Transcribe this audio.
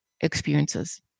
experiences